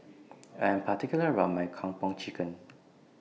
I Am particular about My Kung Po Chicken